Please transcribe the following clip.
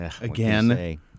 again